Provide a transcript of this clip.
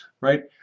right